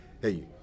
hey